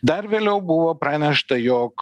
dar vėliau buvo pranešta jog